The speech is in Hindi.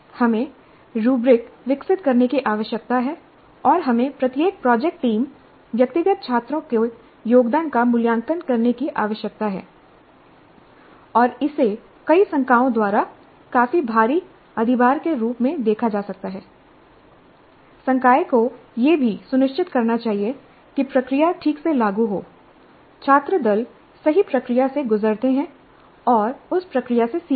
हमें रूब्रिक विकसित करने की आवश्यकता है और हमें प्रत्येक प्रोजेक्ट टीम व्यक्तिगत छात्रों के योगदान का मूल्यांकन करने की आवश्यकता है और इसे कई संकायों द्वारा काफी भारी अधिभार के रूप में देखा जा सकता हैI संकाय को यह भी सुनिश्चित करना चाहिए कि प्रक्रिया ठीक से लागू हो छात्र दल सही प्रक्रिया से गुजरते हैं और उस प्रक्रिया से सीखते हैं